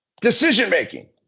decision-making